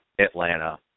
Atlanta